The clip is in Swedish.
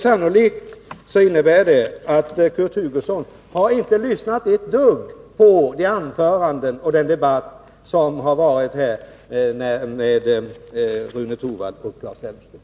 Sannolikt innebär det också att Kurt Hugosson inte har lyssnat ett dugg på den debatt som förts av Rune Torwald och Claes Elmstedt.